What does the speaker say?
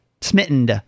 smitten